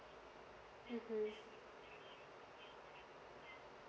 mmhmm